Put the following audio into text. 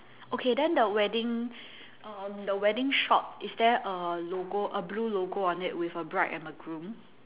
okay then the wedding um the wedding shop is there a logo a blue logo on it with a bride and a groom